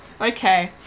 Okay